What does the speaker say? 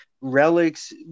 relics